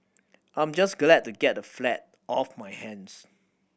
I'm just glad to get the flat off my hands